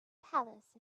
palace